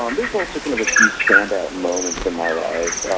um there is also kind of a few standout moments in my life,